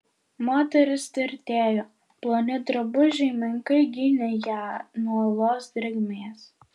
moteris tirtėjo ploni drabužiai menkai gynė ją nuo olos drėgmės